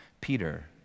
Peter